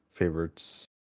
favorites